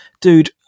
dude